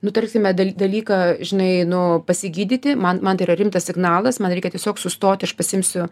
nutarsime dalyką žinai nu pasigydyti man man tai yra rimtas signalas man reikia tiesiog sustoti aš pasiimsiu